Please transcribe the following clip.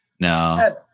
No